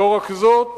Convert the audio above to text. לא רק זאת,